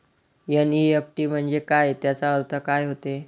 NEFT म्हंजे काय, त्याचा अर्थ काय होते?